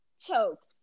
choked